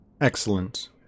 Excellent